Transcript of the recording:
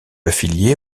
affilié